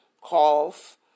cough